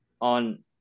on